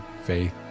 faith